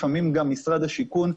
לפעמים גם משרד השיכון.